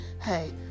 hey